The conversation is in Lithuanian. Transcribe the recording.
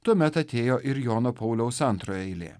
tuomet atėjo ir jono pauliaus antrojo eilė